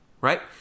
Right